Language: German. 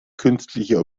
künstliche